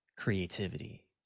creativity